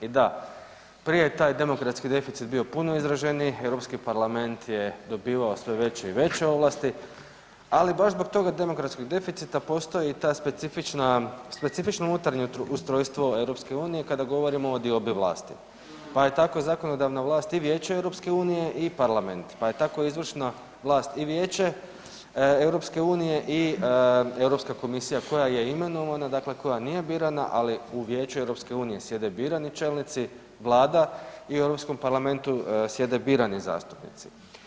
I da, prije je taj demokratski deficit bio puno izraženiji, Europski parlament je dobivao sve veće i veće ovlasti, ali baš zbog tog demokratskog deficita postoji ta specifično unutarnje ustrojstvo EU kada govorimo o diobi vlasti, pa je tako zakonodavna vlast i Vijeće EU i Parlament, pa je tako završna vlast i Vijeće EU i Europska komisija koja je imenovana dakle koja nije birana, ali u Vijeću EU sjede birani čelnici vlada i u Europskom parlamentu sjede birani zastupnici.